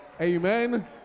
Amen